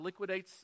liquidates